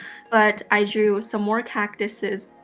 but i drew some more cactuses,